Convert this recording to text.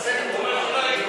תעשה לי טובה.